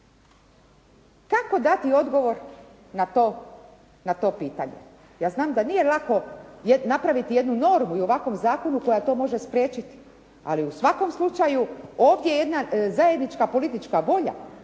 Kako dati odgovor na to pitanje? Ja znam da nije lako napraviti jednu normu i u ovakvom zakonu koji to može spriječiti ali u svakom slučaju ovdje je jedna zajednička politička volja